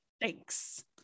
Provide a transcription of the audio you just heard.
Thanks